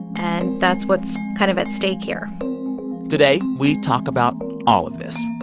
and that's what's kind of at stake here today, we talk about all of this.